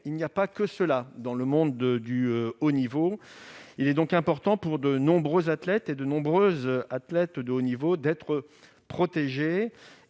il n'y a pas que ces professionnels dans le monde du haut niveau. Il est important pour de nombreux et de nombreuses athlètes de haut niveau d'être protégés.